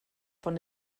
von